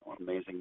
amazing